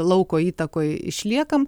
lauko įtakoj išliekam